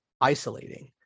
isolating